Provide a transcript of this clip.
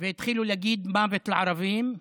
והתחילו להגיד: מוות לערבים.